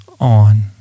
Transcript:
on